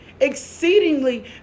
exceedingly